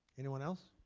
anyone else?